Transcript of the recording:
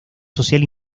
social